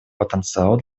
потенциал